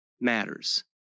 matters